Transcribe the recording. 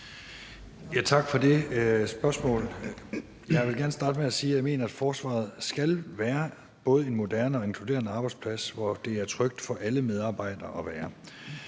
Tak for det spørgsmål. Jeg vil gerne starte med at sige, at jeg mener, at forsvaret skal være en både moderne og inkluderende arbejdsplads, hvor det er trygt for alle medarbejdere at være.